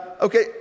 Okay